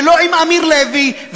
ולא עם אמיר לוי,